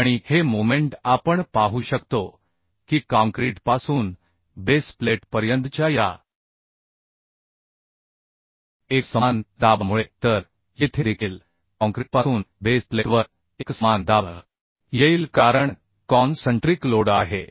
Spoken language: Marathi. आणि हे मोमेन्ट आपण पाहू शकतो की काँक्रीटपासून बेस प्लेटपर्यंतच्या या एकसमान दाबामुळे तर येथे देखील कॉंक्रिटपासून बेस प्लेटवर एकसमान दाब येईल कारण कॉन्सन्ट्रिक लोड आहे